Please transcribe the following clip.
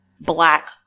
black